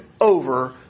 over